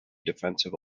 defensive